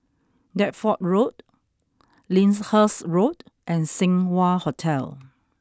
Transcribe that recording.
Deptford Road Lyndhurst Road and Seng Wah Hotel